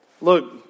look